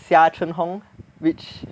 Xia Chun Hong which